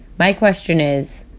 my question is,